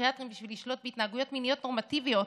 פסיכיאטריים בשביל לשלוט בהתנהגויות מיניות נורמטיביות,